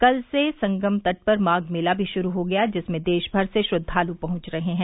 कल से संगम तट पर माघ मेला भी शुरू हो गया जिसमें देश भर से श्रद्वालु पहुंच रहे हैं